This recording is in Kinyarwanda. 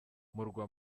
murwa